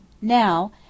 Now